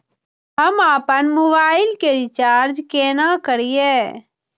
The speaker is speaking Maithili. हम आपन मोबाइल के रिचार्ज केना करिए?